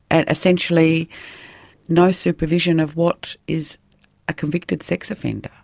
and essentially no supervision of what is a convicted sex offender.